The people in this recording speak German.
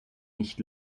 nicht